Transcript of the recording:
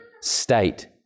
state